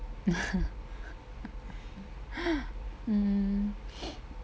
mm